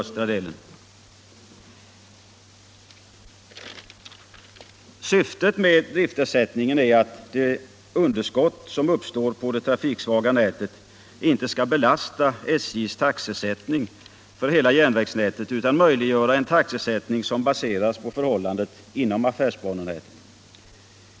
Syftet med driftersättningen är att det underskott som uppstår på det trafiksvaga nätet inte skall belasta SJ:s taxesättning för hela järnvägsnätet utan möjliggöra en taxesättning, som baseras på förhållandet inom affärsbanenätet.